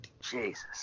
Jesus